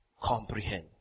comprehend